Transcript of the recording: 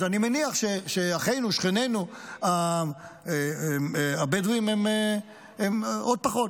אז אני מניח שאחינו, שכנינו הבדואים, הם עוד פחות.